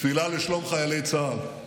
תפילה לשלום חיילי צה"ל: